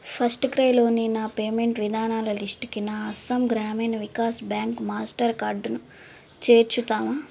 first cry లోని నా payment విధానాల లిస్టుకి నా అస్సాం గ్రామీణ వికాష్ బ్యాంక్ మాస్టర్ కార్డును చేర్చుతావా